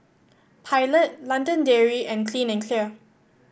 Pilot London Dairy and Clean and Clear